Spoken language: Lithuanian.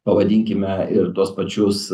pavadinkime ir tuos pačius